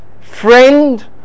friend